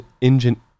engine